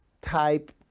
type